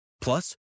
Plus